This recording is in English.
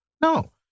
No